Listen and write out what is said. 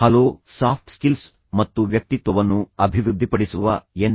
hello soft skills ಮತ್ತು ವ್ಯಕ್ತಿತ್ವವನ್ನು ಅಭಿವೃದ್ಧಿಪಡಿಸುವ ಎನ್